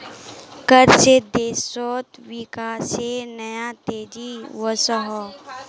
कर से देशोत विकासेर नया तेज़ी वोसोहो